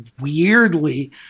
weirdly